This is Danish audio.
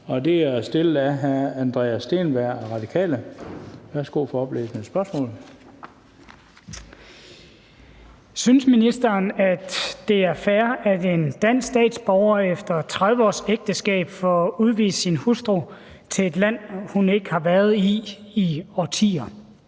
og integrationsministeren af: Andreas Steenberg (RV): Synes ministeren, at det er fair, at en dansk statsborger efter 30 års ægteskab får udvist sin hustru til et land, hun ikke har været i i årtier?